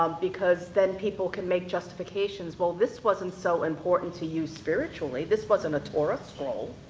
because then people can make justifications. well this wasn't so important to you spiritually, this wasn't a torah scroll,